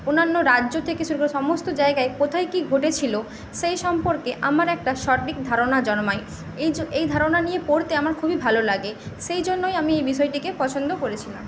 অন্যান্য রাজ্য থেকে শুরু করে সমস্ত জায়গায় কোথায় কী ঘটেছিল সেই সম্পর্কে আমার একটা সঠিক ধারণা জন্মায় এই যো এই ধারণা নিয়ে পড়তে আমার খুবই ভালো লাগে সেই জন্যই আমি এই বিষয়টিকে পছন্দ করেছিলাম